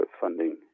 funding